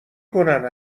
کنن